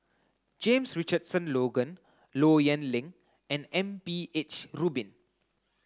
James Richardson Logan Low Yen Ling and M B H Rubin